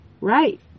right